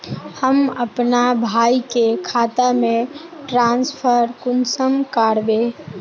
हम अपना भाई के खाता में ट्रांसफर कुंसम कारबे?